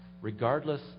regardless